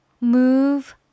move